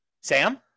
Sam